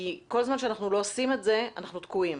כי כל זמן שאנחנו לא עושים את זה, אנחנו תקועים.